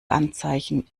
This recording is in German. anzeichen